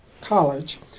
college